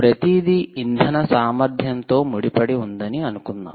ప్రతిదీ ఇంధన సామర్థ్యం తో ముడిపడి ఉందని అనుకుందాం